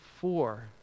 four